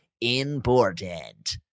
important